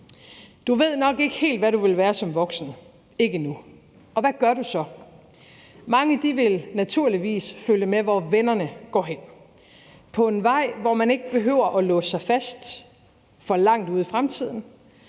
Du ved nok ikke helt, hvad du vil være som voksen, ikke endnu, og hvad gør du så? Mange vil naturligvis følge med, hvor vennerne går hen, og gå en vej, hvor man ikke behøver at låse sig fast for langt ud i fremtiden,